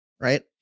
right